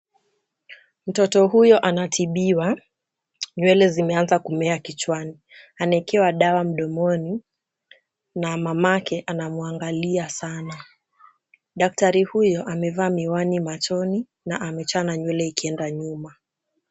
Mtoto huyu anatibiwa. Nywele zimeanza kumea kichwani. Anawekewa dawa mdomoni na mamake anamwangalia sana. Daktari huyu amevaa miwani machoni na amechana nywele ikienda nyuma.